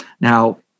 Now